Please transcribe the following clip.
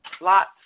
lots